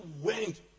went